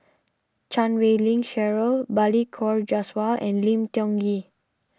Chan Wei Ling Cheryl Balli Kaur Jaswal and Lim Tiong Ghee